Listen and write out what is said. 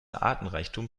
artenreichtum